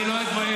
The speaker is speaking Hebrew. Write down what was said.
אני לא אתבייש.